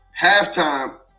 Halftime